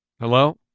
Hello